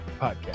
podcast